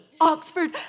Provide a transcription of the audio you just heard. Oxford